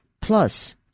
Plus